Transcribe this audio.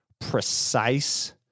precise